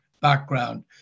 background